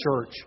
church